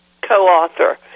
co-author